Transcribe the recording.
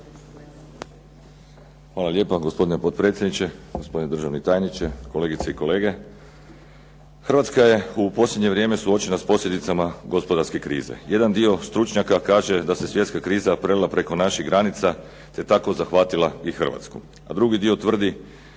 Hvala lijepa gospodine potpredsjedniče, gospodine državni tajniče, kolegice i kolege. Hrvatska je u posljednje vrijeme suočena sa posljedicama gospodarske krize. Jedan dio stručnjaka kaže da se svjetska kriza prelila preko naših granica te tako zahvatila i Hrvatsku. A drugi dio tvrdi,